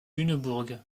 lunebourg